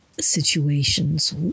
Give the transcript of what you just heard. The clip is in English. situations